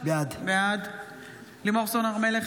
בעד לימור סון הר מלך,